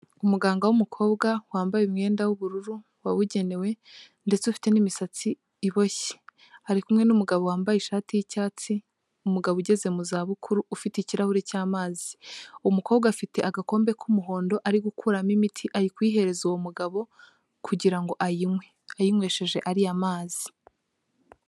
Umuganga w'umukobwa, wambaye umwenda w'ubururu, wabugenewe, ndetse ufite n'imisatsi iboshye. Ari kumwe n'umugabo wambaye ishati y'icyatsi, umugabo ugeze mu zabukuru ufite ikirahuri cy'amazi. Umukobwa afite agakombe k'umuhondo ari gukuramo imiti ari kuyihereza uwo mugabo, kugira ngo ayinywe. Ayinywesheje ariya mazi.